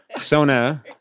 Sona